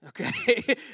okay